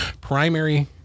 Primary